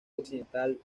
occidental